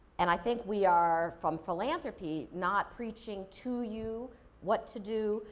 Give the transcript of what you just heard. and i think we are, from philanthropy, not preaching to you what to do,